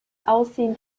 aussehen